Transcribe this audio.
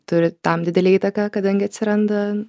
turi tam didelę įtaką kadangi atsiranda